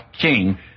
king